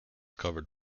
covered